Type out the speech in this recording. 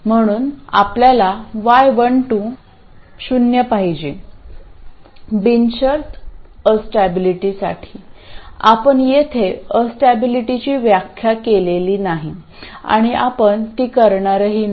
म्हणून आपल्याला y12 शून्य पाहिजे बिनशर्त अस्टॅबिलिटीसाठी आपण येथे अस्टॅबिलिटीची व्याख्या केलेली नाही आणि आपण ती करणारही नाही